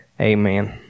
Amen